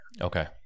Okay